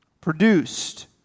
produced